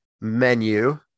menu